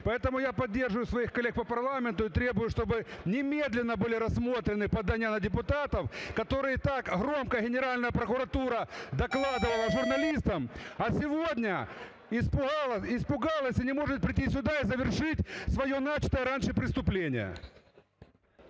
Поэтому я поддерживаю своих коллег по парламенту и требую, чтобы немедленно были рассмотрены подання на депутатов, который так громко Генеральная прокуратура докладывала журналистам, а сегодня испугалась и не может прийти сюда и завершить свое начатое раньше преступление.